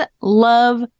love